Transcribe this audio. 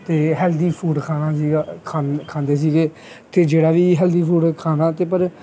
ਅਤੇ healthy food ਖਾਣਾ ਸੀਗਾ ਖਾਂਦ ਖਾਂਦੇ ਸੀਗੇ ਅਤੇ ਜਿਹੜਾ ਵੀ ਹੈਲਦੀ ਫੂਡ ਖਾਣਾ ਅਤੇ ਪਰ